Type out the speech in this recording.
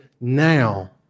now